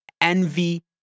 envy